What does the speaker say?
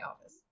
office